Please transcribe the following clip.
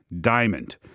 diamond